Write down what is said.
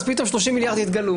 אז פתאום 30 מיליארד התגלו,